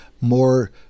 more